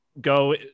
go